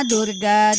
Durga